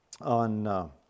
on